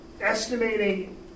estimating